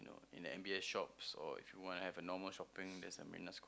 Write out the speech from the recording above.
in the M_B_S shops or if you wana have a normal shopping there's a Marina-Square